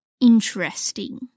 interesting